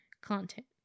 content